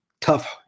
Tough